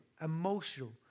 emotional